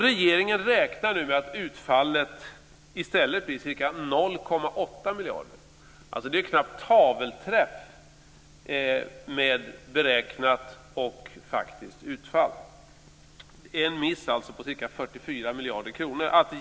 Regeringen räknar nu med att utfallet i stället blir ca 0,8 miljarder. Det är knappt tavelträff om man jämför beräknat och faktiskt utfall! Det är alltså en miss på ca 44 miljarder kronor.